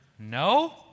No